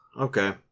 Okay